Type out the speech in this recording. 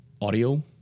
audio